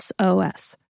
SOS